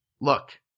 Look